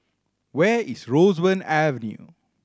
where is Roseburn Avenue